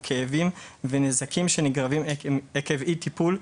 כאבים ונזקים שנגרמים עקב אי טיפול,